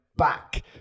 back